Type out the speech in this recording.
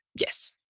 Yes